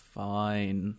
fine